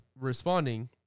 responding